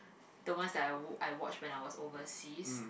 the ones that I w~ I watch when I was overseas